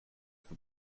for